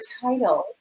title